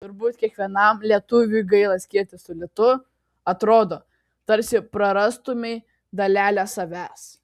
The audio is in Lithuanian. turbūt kiekvienam lietuviui gaila skirtis su litu atrodo tarsi prarastumei dalelę savęs